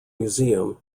museum